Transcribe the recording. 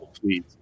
please